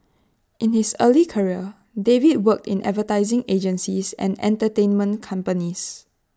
in his early career David worked in advertising agencies and entertainment companies